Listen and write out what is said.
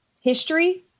history